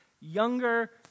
younger